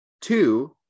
two